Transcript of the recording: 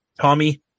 Tommy